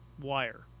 wire